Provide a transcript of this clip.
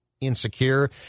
insecure